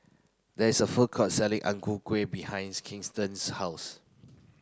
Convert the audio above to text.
there is a food court selling Ang Ku Kueh behind Kenton's house